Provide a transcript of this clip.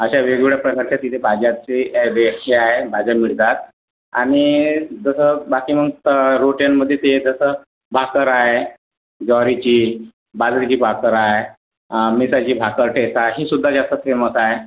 अशा वेगवेगळ्या प्रकारची तिथे भाज्या ते रेटच्या आहेत त्या भाज्या मिळतात आणि जसं बाकी म्हणून त्या रोट्यांमध्ये ते जसं भाकर आहे ज्वारीची बाजरीची भाकर आहे मिठाची भाकर ठेचा ही सुद्धा जास्त फेमस आहे